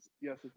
Yes